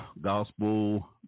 gospel